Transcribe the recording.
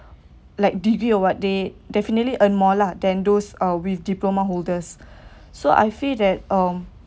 like degree or what they definitely earn more lah than those uh with diploma holders so I feel that um